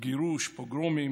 גירוש, פוגרומים,